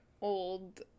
old